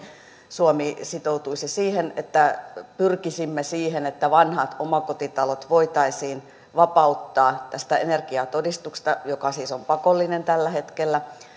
suomi sitoutuisi siihen että pyrkisimme siihen että vanhat omakotitalot voitaisiin vapauttaa tästä energiatodistuksesta joka siis on pakollinen tällä hetkellä